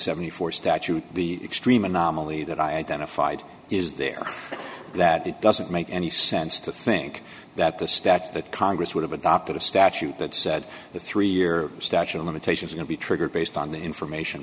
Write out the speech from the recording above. seventy four statute the extreme anomaly that i identified is there that it doesn't make any sense to think that the statute that congress would have adopted a statute that said the three year statute of limitations going to be triggered based on the information